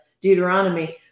Deuteronomy